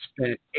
spent